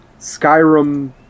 Skyrim